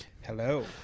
Hello